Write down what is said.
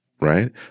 right